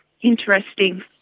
interesting